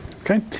okay